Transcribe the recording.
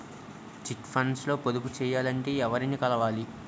Chit funds లో పొదుపు చేయాలంటే ఎవరిని కలవాలి?